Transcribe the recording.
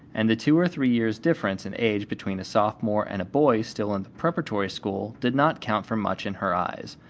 and the two or three years' difference in age between a sophomore and a boy still in the preparatory school did not count for much in her eyes,